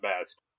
best